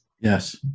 yes